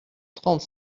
trente